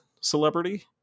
celebrity